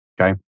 Okay